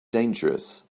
dangerous